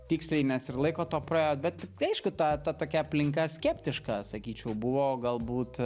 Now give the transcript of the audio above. tiksliai nes ir laiko to praėjo bet tai aišku ta ta tokia aplinka skeptiška sakyčiau buvo galbūt